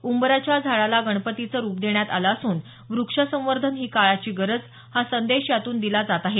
उंबराच्या झाडाला गणपतीचं रूप देण्यात आलं असून वृक्ष संवर्धन ही काळाची गरज हा संदेश यातून दिला जात आहे